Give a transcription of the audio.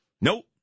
Nope